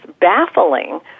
baffling